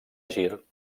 gir